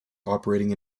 operating